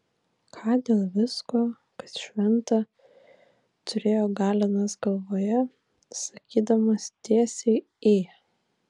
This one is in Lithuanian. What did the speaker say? ką dėl visko kas šventa turėjo galenas galvoje sakydamas tiesiai į